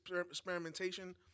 experimentation